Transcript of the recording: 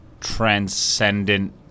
transcendent